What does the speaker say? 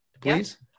please